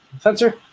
sensor